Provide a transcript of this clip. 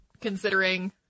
considering